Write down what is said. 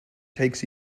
takes